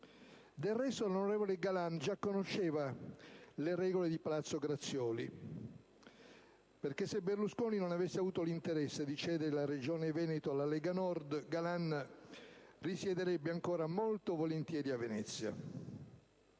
Del resto, l'onorevole Galan già conosceva le regole di palazzo Grazioli, perché se Berlusconi non avesse avuto l'interesse di cedere la Regione Veneto alla Lega Nord, Galan risiederebbe ancora molto volentieri a Venezia.